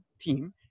team